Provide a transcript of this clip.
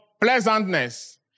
pleasantness